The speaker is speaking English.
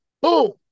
Boom